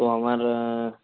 তো আমার